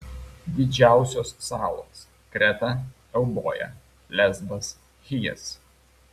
didžiausios salos kreta euboja lesbas chijas